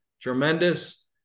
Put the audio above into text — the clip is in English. tremendous